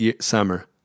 summer